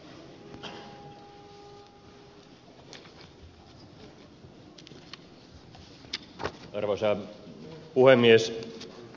arvoisa puhemies